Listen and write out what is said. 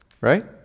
Right